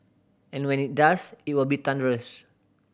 and when it does it will be thunderous